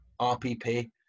RPP